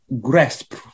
grasp